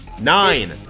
Nine